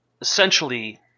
essentially